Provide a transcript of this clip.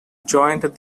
joined